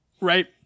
Right